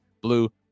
blue